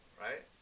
right